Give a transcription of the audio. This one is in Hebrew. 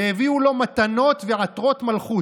והביאו לו מתנות ועטרות מלכות,